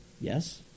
Yes